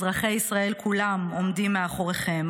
אזרחי ישראל כולם עומדים מאחוריכם,